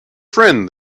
friend